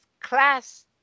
class